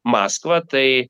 maskvą tai